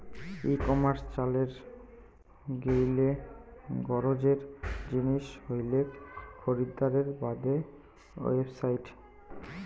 ই commerce চালের গেইলে গরোজের জিনিস হইলেক খরিদ্দারের বাদে ওয়েবসাইট